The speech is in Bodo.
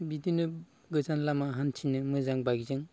बिदिनो गोजान लामा हान्थिनो मोजां बाइकजों